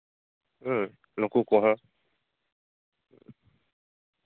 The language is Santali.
ᱦᱮᱸ ᱱᱩᱠᱩ ᱠᱚᱦᱚᱸ